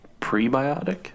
Prebiotic